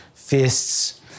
fists